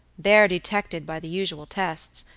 there detected by the usual tests,